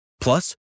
Plus